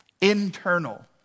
Internal